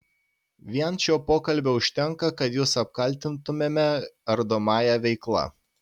vien šio pokalbio užtenka kad jus apkaltintumėme ardomąja veikla